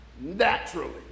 Naturally